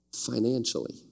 Financially